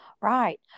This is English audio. Right